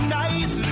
nice